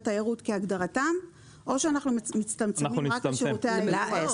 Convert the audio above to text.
תיירות כהגדרתם או שאנחנו מצטמצמים רק לשירותי המלון.